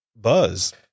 Buzz